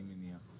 אני מניח,